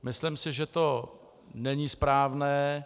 Myslím si, že to není správné.